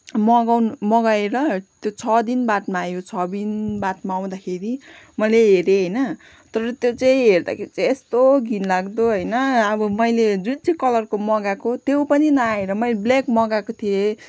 मगाउन मगाएर त्यो छ दिन बादमा आयो छ दिन बादमा आउँदाखेरि मैले हेरेँ होइन तर त्यो चाहिँ हेर्दाखेरि चाहिँ यस्तो घिनलाग्दो होइन अब मैले जुन चाहिँ कलरको मगाएको त्यो पनि नआएर मैले ब्लेक मगाएको थिएँ